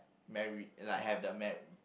married like have the mar~